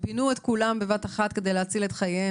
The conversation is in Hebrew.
שפינו את כולם בבת אחת כדי להציל את חייהם